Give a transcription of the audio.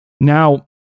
Now